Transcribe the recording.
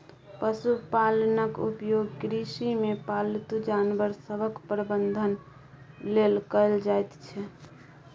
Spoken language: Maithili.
पशुपालनक उपयोग कृषिमे पालतू जानवर सभक प्रबंधन लेल कएल जाइत छै